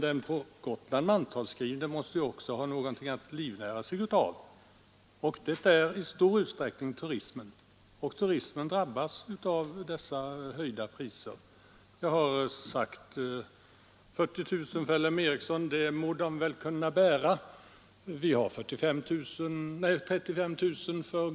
Den på Gotland mantalsskrivne måste också ha någonting att livnära sig av, och det är i stor utsträckning turismen. Turismen drabbas av dessa prishöjningar. Men även näringslivet. Kostnadsökningen för LM Ericsson blir som sagt 40 000 kronor — det må man väl kunna bära — och för Gotlands kommun 35 000.